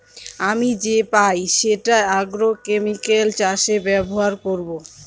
আমি যে পাই সেটা আগ্রোকেমিকাল চাষে ব্যবহার করবো